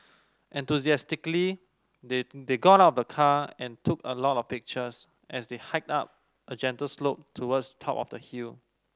enthusiastically they they got out of the car and took a lot of pictures as they hiked up a gentle slope towards top of the hill